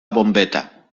bombeta